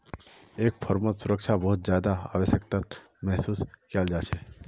एक फर्मत सुरक्षा बहुत ज्यादा आवश्यकताक महसूस कियाल जा छेक